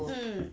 mm